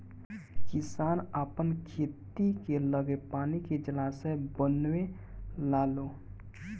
किसान आपन खेत के लगे पानी के जलाशय बनवे लालो